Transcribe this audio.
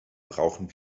brauchen